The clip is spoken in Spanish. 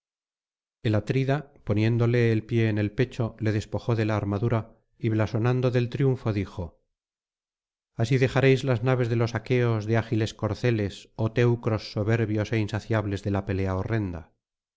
el atrida poniéndole el pie en el pecho le despojó de la armadura y blasonando del triunfo dijo así dejaréis las naves de los aqueos de ágiles corceles oh teucros soberbios é insaciables de la pelea horrenda